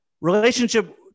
relationship